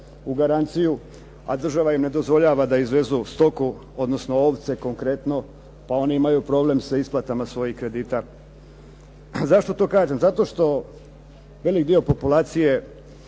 u garanciju, a država im ne dozvoljava da izvezu stoku, odnosno ovce konkretno, pa one imaju problem sa isplatama svojih kredita. Zašto to kažem? Zato što velik dio populacije